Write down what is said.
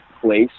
place